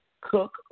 cook